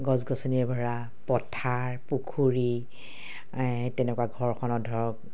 গছ গছনিৰ ভৰা পথাৰ পুখুৰী তেনেকুৱা ঘৰখনত ধৰক